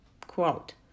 Quote